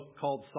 called